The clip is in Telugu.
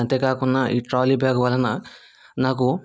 అంతేకాకుండా ఈ ట్రాలీ బ్యాగ్ వలన నాకు